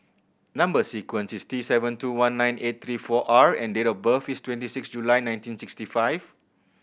number sequence is T seven two one nine eight three four R and date of birth is twenty six July nineteen sixty five